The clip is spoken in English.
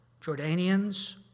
Jordanians